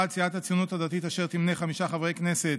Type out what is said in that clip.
1. סיעת הציונות הדתית, אשר תמנה חמישה חברי כנסת,